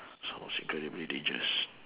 sounds incredibly dangerous